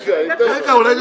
רגע, אני אתן לך.